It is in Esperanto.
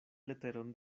leteron